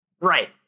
Right